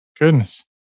Goodness